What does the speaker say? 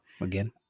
Again